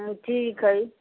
हँ ठीक हइ